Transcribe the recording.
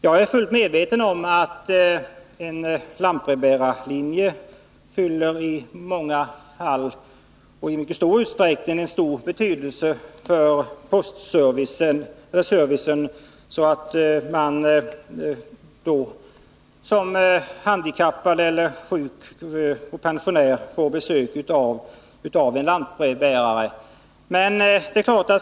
Jag är fullt medveten om att den postservice som en lantbrevbärarlinje utgör har stor betydelse inte minst för handikappade, sjuka och pensionärer.